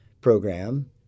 program